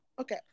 Okay